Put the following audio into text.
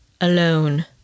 alone